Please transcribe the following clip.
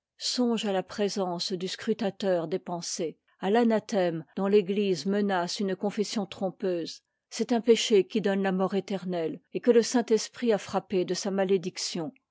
songe à la présence du scrutateur des pensées à l'anathème dont l'église menace une confession trompeuse c'est un péché qui donne la mort éternelle et que le saint-esprit a frappé de sa malédiction